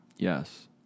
Yes